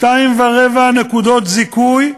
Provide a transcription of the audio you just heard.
2.25 נקודות זיכוי,